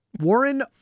Warren